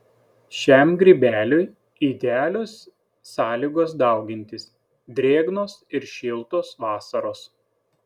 šiam grybeliui idealios sąlygos daugintis drėgnos ir šiltos vasaros